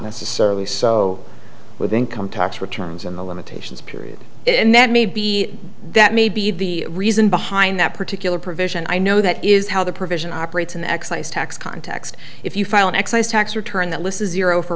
necessarily so with income tax returns and the limitations period and that may be that may be the reason behind that particular provision i know that is how the provision operates in excise tax context if you file an excise tax return that list is zero for